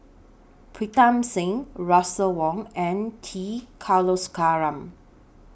Pritam Singh Russel Wong and T Kulasekaram